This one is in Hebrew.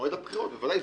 בוודאי.